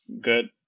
good